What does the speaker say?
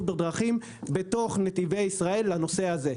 בדרכים בתוך נתיבי ישראל לנושא הזה.